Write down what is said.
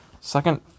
Second